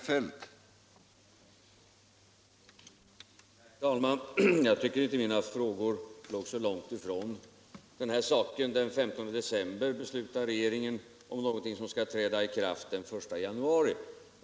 Herr talman! Jag tycker inte att mina frågor låg så långt ifrån detta ärende. Den 15 december beslutade regeringen om någonting som skall träda i kraft den 1 januari.